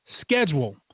schedule